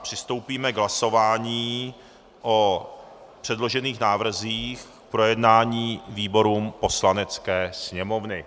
Přistoupíme k hlasování o předložených návrzích k projednání výborům Poslanecké sněmovny.